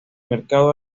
mercado